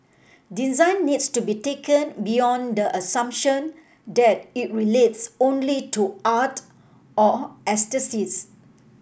design needs to be taken beyond the assumption that it relates only to art or aesthetics